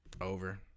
Over